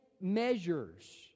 measures